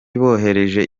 bohereje